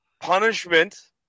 punishment